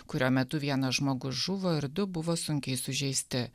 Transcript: kurio metu vienas žmogus žuvo ir du buvo sunkiai sužeisti